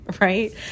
right